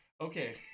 Okay